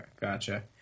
Gotcha